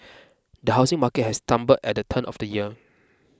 the housing market has stumbled at the turn of the year